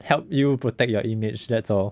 help you protect your image that's all